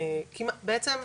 בעצם הגענו,